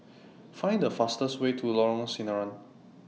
Find The fastest Way to Lorong Sinaran